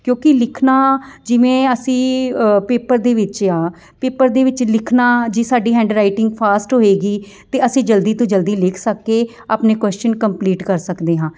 ਕਿਉਂਕਿ ਲਿਖਣਾ ਜਿਵੇਂ ਅਸੀਂ ਪੇਪਰ ਦੇ ਵਿੱਚ ਆ ਪੇਪਰ ਦੇ ਵਿੱਚ ਲਿਖਣਾ ਜੀ ਸਾਡੀ ਹੈਂਡਰਾਈਟਿੰਗ ਫਾਸਟ ਹੋਏਗੀ ਅਤੇ ਅਸੀਂ ਜਲਦੀ ਤੋਂ ਜਲਦੀ ਲਿਖ ਸਕਦੇ ਆਪਣੇ ਕੁਸਚਨ ਕੰਪਲੀਟ ਕਰ ਸਕਦੇ ਹਾਂ